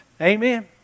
Amen